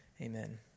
Amen